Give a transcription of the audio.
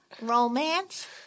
romance